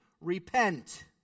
Repent